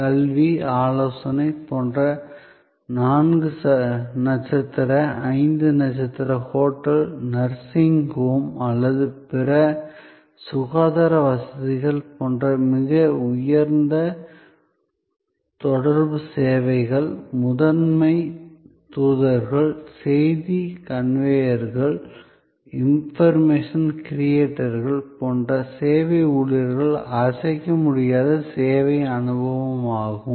கல்வி ஆலோசனை போன்ற நான்கு நட்சத்திர ஐந்து நட்சத்திர ஹோட்டல் நர்சிங் ஹோம் அல்லது பிற சுகாதார வசதிகள் போன்ற மிக உயர்ந்த தொடர்பு சேவைகளில் முதன்மை தூதர்கள் செய்தி கன்வேயர்கள் இம்ப்ரெஷன் கிரியேட்டர்கள் போன்ற சேவை ஊழியர்கள் அசைக்க முடியாத சேவை அனுபவம் ஆகும்